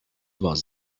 was